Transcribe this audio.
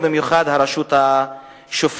במיוחד הרשות השופטת.